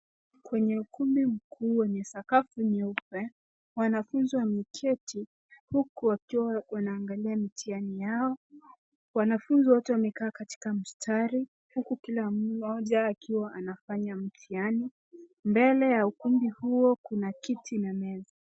Kwenye ukumbi mkuu wenye sakafu nyeupe, sakafu wameketi huku wakiwa wanaangalia mitihani yao. Wanafunzi wote wameketi katika mstari huku kila mmoja akiwa anafanya mtihani. Mbele ya ukumbi huo kuna kiti na meza.